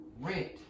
rent